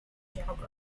geography